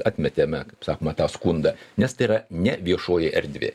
atmetėme kaip sakoma tą skundą nes tai yra ne viešoji erdvė